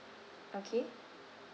okay